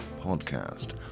podcast